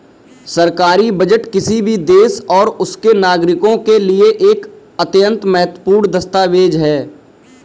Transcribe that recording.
सरकारी बजट किसी भी देश और उसके नागरिकों के लिए एक अत्यंत महत्वपूर्ण दस्तावेज है